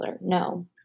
No